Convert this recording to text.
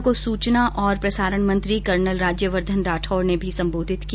सभा को सूचना और प्रसारण मंत्री कर्नल राज्यवर्द्वन राठौड़ ने भी सम्बोधित किया